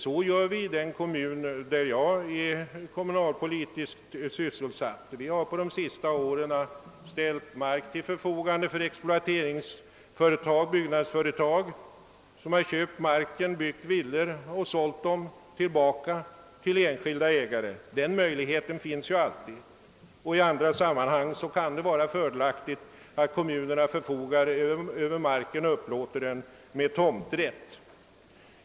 Så gör vi i den kommun där jag är kommunalt verksam. Kommunen har under de senaste åren ställt mark till förfogande för exploateringsföretag som har köpt marken, byggt villor och sålt dem till enskilda ägare. Den möjligheten finns ju alltid. I andra sammanhang kan det vara fördelaktigt att kommunerna förfogar över marken och upplåter den mot tomträtt.